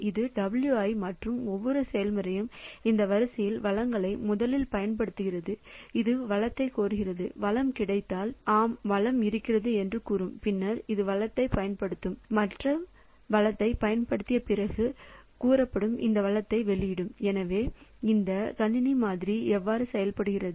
இது W i மற்றும் ஒவ்வொரு செயல்முறையும் இந்த வரிசையில் வளங்களை முதலில் பயன்படுத்துகிறது அது வளத்தை கோருகிறது வளம் கிடைத்தால் ஆம் வளம் இருக்கிறதுஎன்று கூறும் பின்னர் அது வளத்தைப் பயன்படுத்தும் மற்றும் வளத்தைப் பயன்படுத்திய பிறகு கூறப்படும் இது வளத்தை வெளியிடும் எனவே இந்த கணினி மாதிரி எவ்வாறு செயல்படுகிறது